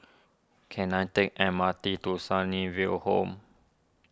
can I take M R T to Sunnyville Home